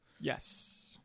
Yes